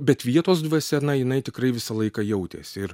bet vietos dvasia na jinai tikrai visą laiką jautėsi ir